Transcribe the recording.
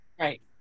right